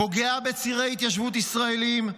פוגע בצירי התיישבות ישראליים,